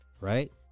right